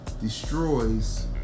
destroys